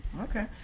Okay